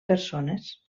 persones